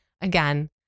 Again